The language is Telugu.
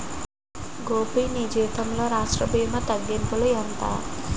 గోపీ నీ జీతంలో రాష్ట్ర భీమా తగ్గింపు ఎంత